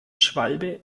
schwalbe